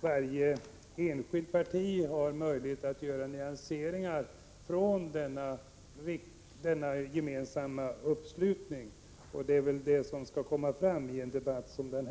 varje enskilt parti, utifrån nämnda gemensamma uppslutning, möjlighet att göra nyanseringar. Det är väl vad som skall komma fram i en debatt som denna.